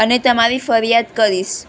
અને તમારી ફરિયાદ કરીશ